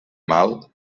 mal